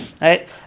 right